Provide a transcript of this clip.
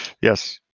Yes